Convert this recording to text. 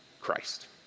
Christ